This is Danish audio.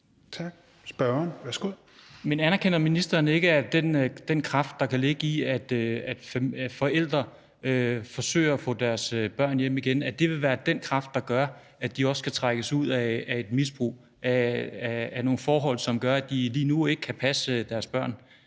13:25 Stén Knuth (V): Men anerkender ministeren ikke, at den kraft, der kan ligge i, at forældre forsøger at få deres børn hjem igen, vil være den kraft, der gør, at de også kan trækkes ud af et misbrug – af nogle forhold, som gør, at de lige nu ikke kan passe deres børn?